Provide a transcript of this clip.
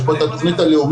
יש פה את התוכנית הלאומית.